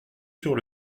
sur